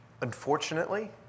Unfortunately